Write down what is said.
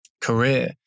career